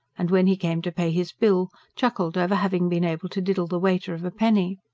and, when he came to pay his bill, chuckled over having been able to diddle the waiter of a penny.